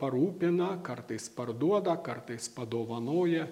parūpina kartais parduoda kartais padovanoja